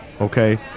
Okay